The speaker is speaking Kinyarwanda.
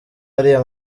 ariya